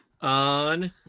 On